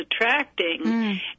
attracting